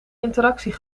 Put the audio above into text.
interactie